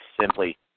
simply